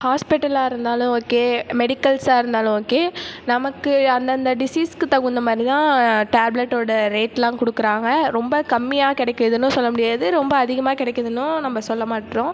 ஹாஸ்பிட்டலாக இருந்தாலும் ஓகே மெடிக்கல்ஸா இருந்தாலும் ஓகே நமக்கு அந்தந்த டிசீஸுக்கு தகுந்த மாதிரி தான் டேப்லெட்டோட ரேட்லாம் கொடுக்குறாங்க ரொம்ப கம்மியாக கிடைக்குதுனு சொல்ல முடியாது ரொம்ப அதிகமாக கிடைக்குதுனும் நம்ம சொல்ல மாட்டுறோம்